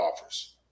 offers